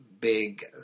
big